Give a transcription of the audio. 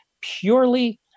purely